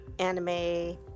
anime